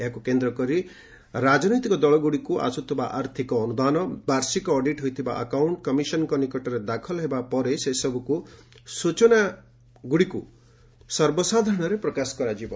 ଏହାକୁ କେନ୍ଦ୍ର କରି ରାଜନୈତିକ ଦଳଗୁଡିକୁ ଆସୁଥିବା ଆର୍ଥିକ ଅନୁଦାନ ବାର୍ଷିକ ଅଡିଟ୍ ହୋଇଥିବା ଆକାଉଣ୍ଟ କମିଶନଙ୍କ ନିକଟରେ ଦାଖଲ ହେବା ପରେ ସେସବୁ ସୂଚନା ଗୁଡିକୁ ସର୍ବସାଧାରଣରେ ପ୍ରକାଶ କରାଯିବ